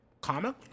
Comic